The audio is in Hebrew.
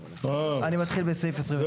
אני מתחיל בסעיף 27. סליחה אדוני.